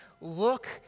look